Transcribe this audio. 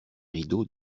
rideaux